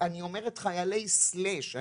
אני אומרת חיילי סלאש,